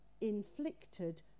inflicted